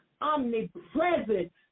omnipresent